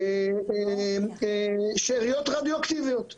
שאריות רדיואקטיביות.